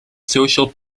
social